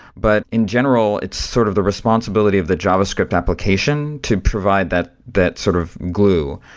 but in general, it's sort of the responsibility of the javascript application to provide that that sort of glue.